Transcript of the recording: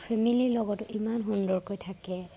ফেমিলীৰ লগতো ইমান সুন্দৰকৈ থাকে